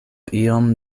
iom